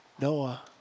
Noah